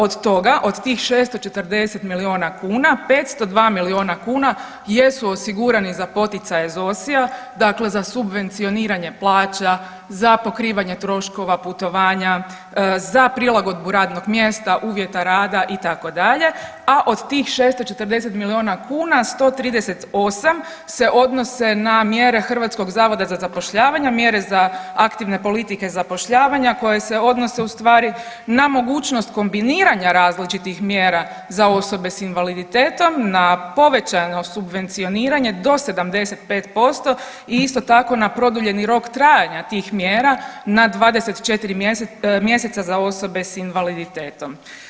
Od toga, od tih 640 milijuna kuna 502 milijuna kuna jesu osigurani za poticaje iz OSI-a dakle za subvencioniranje plaća, za pokrivanje troškova putovanja, za prilagodbu radnog mjesta, uvjeta rada itd., a od tih 640 milijuna kuna 138 se odnose na mjere HZZ-a, mjere za aktivne politike zapošljavanja koje se odnose ustvari na mogućnost kombiniranja različitih mjera za osobe s invaliditetom, na povećano subvencioniranje do 75% i isto tako na produljeni rok trajanja tih mjera na 24 mjeseca za osobe s invaliditetom.